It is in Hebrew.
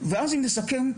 אם נסכם,